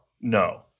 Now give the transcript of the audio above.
no